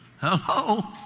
Hello